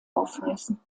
aufweisen